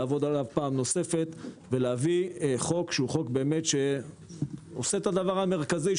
לעבוד עליו פעם נוספת ולהביא חוק שבאמת עושה את הדבר המרכזי,